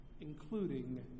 including